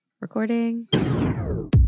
recording